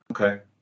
Okay